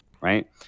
right